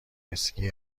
اسکی